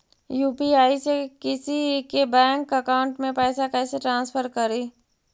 UPI से किसी के बैंक अकाउंट में पैसा कैसे ट्रांसफर करी?